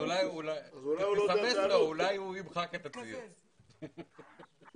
יתרום לו את הכסף.